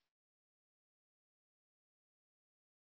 ನಂತರ ಮಗ ಬೆಳೆದು ನಂತರ ಸೊಕ್ಕಿನ ಮತ್ತು ಕ್ರೂರ